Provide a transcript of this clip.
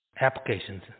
Applications